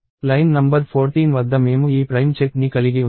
line number 14 వద్ద మేము ఈ ప్రైమ్ చెక్ ని కలిగి ఉన్నాము